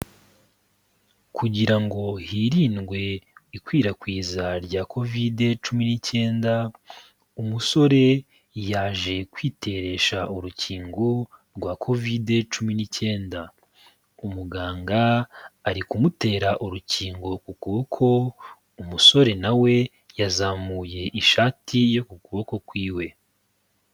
Kugira ngo hirindwe ikwirakwiza rya Covid cumi n'icyenda, umusore yaje kwiteresha urukingo rwa Covid cumi n'icyenda. Umuganga ari kumutera urukingo ku kuboko, umusore na we yazamuye ishati yo ku kuboko kw'iwe.